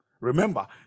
remember